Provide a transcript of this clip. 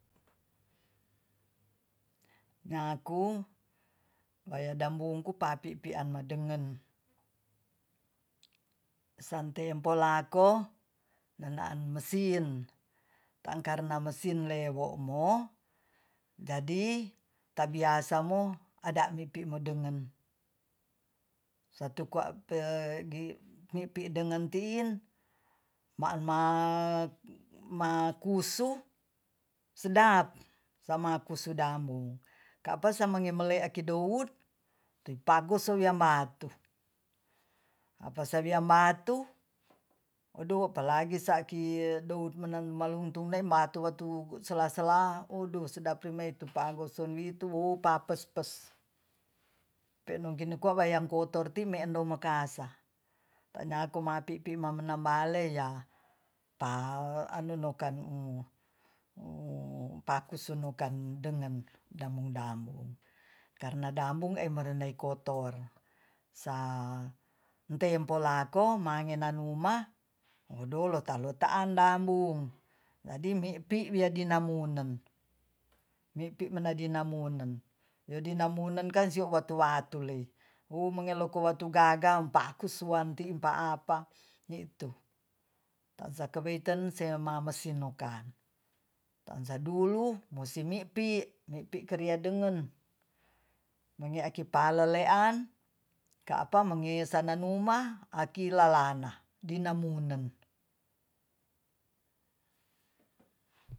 naku bayadabungku papi pian madenggen santempo lako nanaan mesintaangkarna mesinle wo'mo jadi tabiasa mo ada mipi modenggen satukwa depi mipidenggentin ma'ma makusu sedap samakusu damu kapa semangemalikeakudoud tu pagoso yamatu apasaian amatu odo apalagi sa'ki doud meneng maluntung neimatu watu sela-sela udu sedap rimeitu paagosonwitu upapespes penong ginikwa waiang kotor ti meendom makasa tanyako mapipi mamenambale ya pa anu pakusunukan dengen damu-damu karna dambung emerenai kotor sa tempo lako mangenanuma edolotalota lota andambung jadi mipi biadinamunen- yadinamunen kan sio watu-watu le wu ngomeloko watu gaga paku suanti pa'apa nyi'tu taansakaweiten semamesin nokan taansa dulu mosimi'pi mi'pi keria denggen mongi aki palelean ka'apa mengesananuma akilalana dinamunden